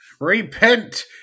Repent